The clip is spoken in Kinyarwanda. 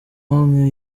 hamwe